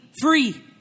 free